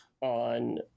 on